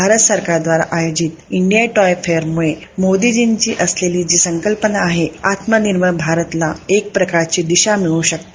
भारत सरकारद्वारा आयोजित India toy फेयरमुळे मोदीजींची असलेली जी संकल्पना आहे आत्मनिर्भर भारतला एक प्रकारची दिशा मिळू शकते